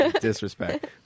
Disrespect